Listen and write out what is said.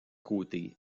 côté